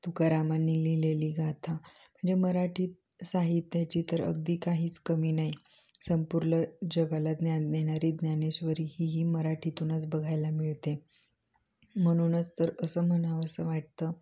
तुकारामांनी लिहिलेली गाथा म्हणजे मराठीत साहित्याची तर अगदी काहीच कमी नाही संपूर्ण जगाला ज्ञान देणारी ज्ञानेश्वरी ही ही मराठीतूनच बघायला मिळते म्हणूनच तर असं म्हणावसं वाटतं